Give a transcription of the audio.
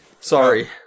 Sorry